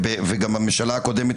וגם אל הממשלה הקודמת,